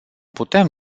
putem